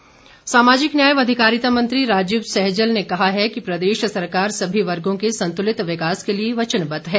सैजल सामाजिक न्याय व अधिकारिता मंत्री राजीव सैजल ने कहा है कि प्रदेश सरकार सभी वर्गो के संतुलित विकास के लिए वचनबद्ध है